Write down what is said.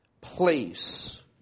place